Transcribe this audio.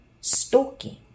Stalking